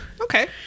okay